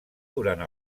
durant